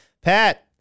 Pat